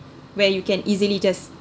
where you can easily just